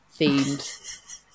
themed